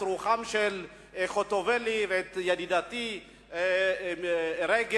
אל רוחם של חוטובלי וידידתי רגב,